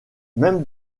même